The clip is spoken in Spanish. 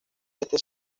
este